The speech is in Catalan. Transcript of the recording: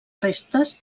restes